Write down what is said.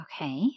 Okay